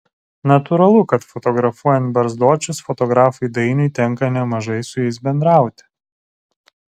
natūralu kad fotografuojant barzdočius fotografui dainiui tenka nemažai su jais bendrauti